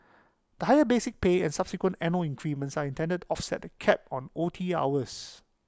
the higher basic pay and subsequent annual increments are intended to offset the cap on O T hours